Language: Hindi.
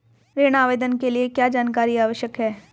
ऋण आवेदन के लिए क्या जानकारी आवश्यक है?